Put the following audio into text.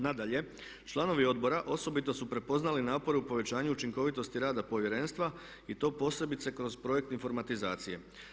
Nadalje, članovi Odbora osobito su prepoznali napore u povećanju učinkovitosti rada Povjerenstva i to posebice kroz projekt informatizacije.